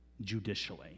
judicially